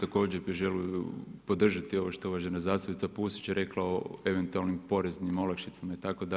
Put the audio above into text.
također bi želio podržati ovo što je uvažena zastupnika Pusić rekla o eventualnim porezni olakšicama itd.